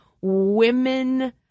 women